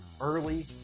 early